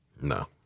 No